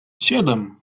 siedem